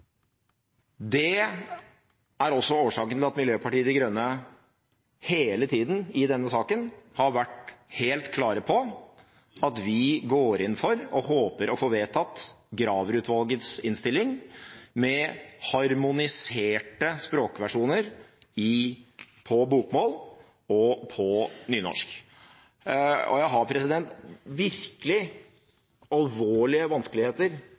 Det er også årsaken til at Miljøpartiet De Grønne i denne saken hele tida har vært helt klar på at vi går inn for og håper å få vedtatt Graver-utvalgets innstilling med harmoniserte språkversjoner på bokmål og på nynorsk. Jeg har virkelig alvorlige vanskeligheter,